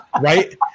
Right